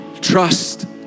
Trust